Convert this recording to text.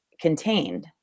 contained